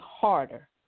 harder